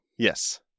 Yes